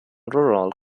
rural